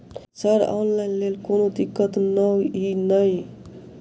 Sir online लैल कोनो दिक्कत न ई नै?